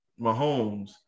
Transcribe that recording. Mahomes